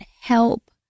help